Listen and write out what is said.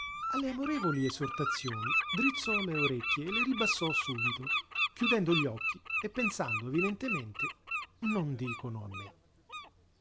alle amorevoli esortazioni drizzò le orecchie e le ribassò subito chiudendo gli occhi e pensando evidentemente non dicono a me